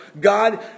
God